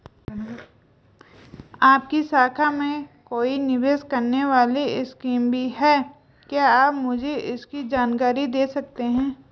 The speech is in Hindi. आपकी शाखा में कोई निवेश करने वाली स्कीम भी है क्या आप मुझे इसकी जानकारी दें सकते हैं?